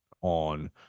on